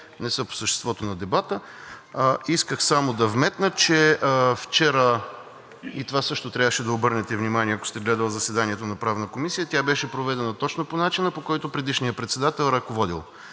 не са по съществото на дебата. Исках само да вметна, че вчера, и на това също трябваше да обърнете внимание, ако сте гледали заседанието на Правната комисия, тя беше проведена точно по начина, по който предишният председател е ръководил.